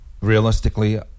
realistically